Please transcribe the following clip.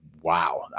wow